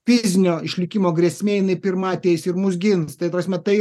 fizinio išlikimo grėsmė jinai pirma ateis ir mus gins tai ta prasme tai